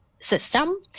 system